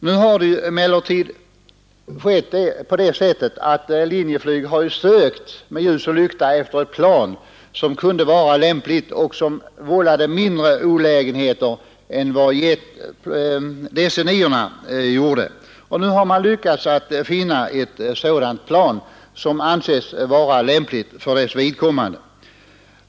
Nu har emellertid Linjeflyg sökt med ljus och lykta efter ett plan som kunde vara lämpligt och som vållade mindre olägenheter än DC-9:orna gjorde, och man har lyckats finna ett plan som anses lämpligt.